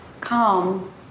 calm